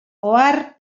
ohar